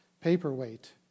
paperweight